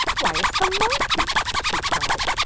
why, it's the monkey! she cried.